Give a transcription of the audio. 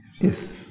Yes